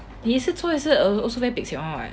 你一次做一次 err also very pekcek [one] right